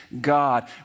God